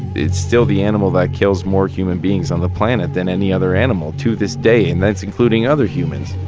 it's still the animal that kills more human beings on the planet than any other animal to this day, and that's including other humans